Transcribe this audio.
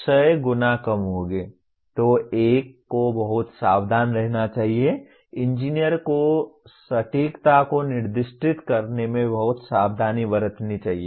तो एक को बहुत सावधान रहना चाहिए इंजीनियर को सटीकता को निर्दिष्ट करने में बहुत सावधानी बरतनी चाहिए